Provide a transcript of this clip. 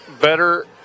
better